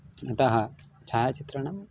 अतः छायाचित्रं